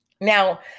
Now